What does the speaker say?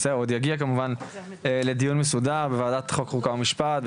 עוד יגיע כמובן לדיון מסודר בוועדת חוק חוקה ומשפט,